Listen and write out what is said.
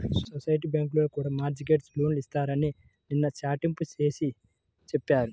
society బ్యాంకుల్లో కూడా mortgage లోన్లు ఇస్తున్నారని నిన్న చాటింపు వేసి చెప్పారు